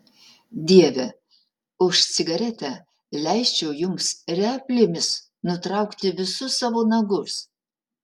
dieve už cigaretę leisčiau jums replėmis nutraukti visus savo nagus